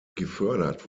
gefördert